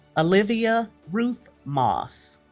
olivia ruth moss